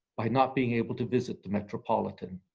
by not being able to visit the metropolitan